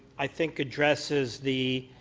i think addresses the